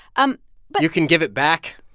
um but. you can give it back